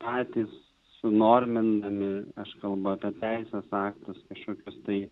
patys sunormindami aš kalbu apie teisės aktus kažkokius tai